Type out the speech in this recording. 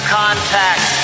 contact